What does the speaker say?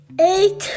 Eight